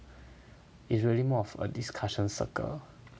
is really more of a discussion circle